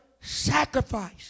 sacrifice